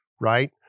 right